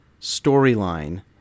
storyline